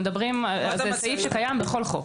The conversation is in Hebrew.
זה סעיף שקיים בכל חוק.